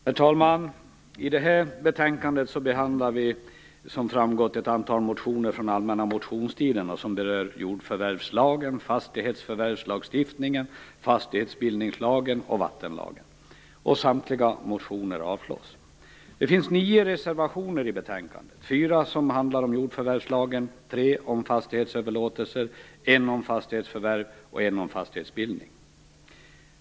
Herr talman! I det här betänkandet behandlar vi, såsom har framgått, ett antal motioner från den allmänna motionstiden som berör jordförvärvslagen, fastighetsförvärvslagstiftningen, fastighetsbildningslagen och vattenlagen. Samtliga motioner avslås. Det finns nio reservationer till betänkandet - fyra som handlar om jordförvärvslagen, tre om fastighetsöverlåtelser, en om fastighetsförvärv och en om fastighetsbildning.